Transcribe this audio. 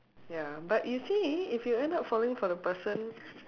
ya but you see if you end up falling for the person